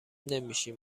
نمیشیم